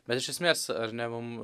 bet iš esmės ar ne mum